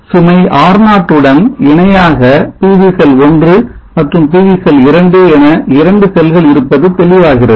சுமை R0 உடன் இணையாக PV செல் 1 மற்றும் PV செல் 2 என இரண்டு செல்கள் இருப்பது தெளிவாகிறது